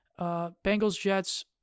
Bengals-Jets